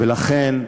ולכן,